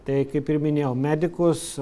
tai kaip ir minėjau medikus